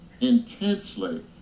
intensely